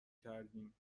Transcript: کردیم